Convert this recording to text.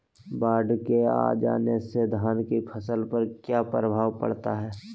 बाढ़ के आ जाने से धान की फसल पर किया प्रभाव पड़ता है?